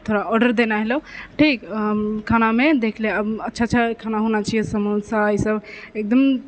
थोड़ा ऑर्डर देना हलौ ठीक खानामे देख ले आब अच्छा अच्छा खाना होना चाही समोसा ई सब एकदम